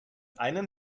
einen